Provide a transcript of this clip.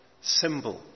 symbol